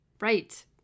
Right